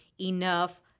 enough